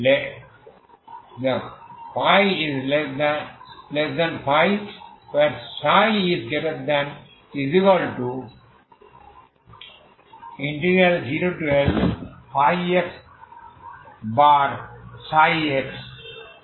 ϕψ ∶ 0Lxψ ঠিক আছে